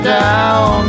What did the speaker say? down